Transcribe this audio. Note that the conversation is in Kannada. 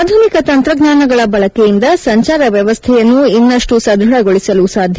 ಆಧುನಿಕ ತಂತ್ರಜ್ಞಾನಗಳ ಬಳಕೆಯಿಂದ ಸಂಚಾರಿ ವ್ಯವಸ್ಥೆಯನ್ನು ಇನ್ನಷ್ಟು ಸದೃಢಗೊಳಿಸಲು ಸಾಧ್ಯ